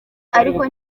ariko